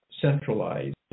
centralized